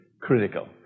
critical